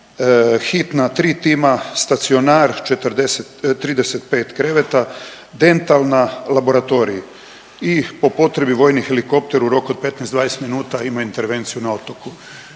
hitna tri tima, stacionar 35 kreveta, dentalna laboratorij i po potrebi vojni helikopter u roku od 15, 20 minuta ima intervenciju na otoku.